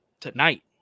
tonight